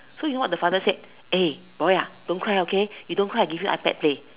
so you know what the father said eh boy don't cry okay you don't cry I give you play